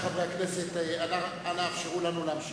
חבר הכנסת בנימין נתניהו,